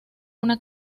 una